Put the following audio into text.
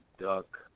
Duck